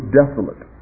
desolate